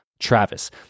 Travis